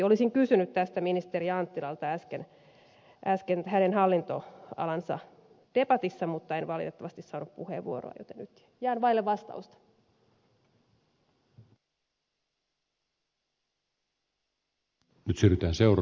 olisin kysynyt tästä ministeri anttilalta äsken hänen hallintoalansa debatissa mutta en valitettavasti saanut puheenvuoroa joten nyt syyhytenseur